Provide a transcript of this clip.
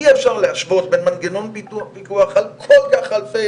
בין מנגנון פיקוח על אלפי,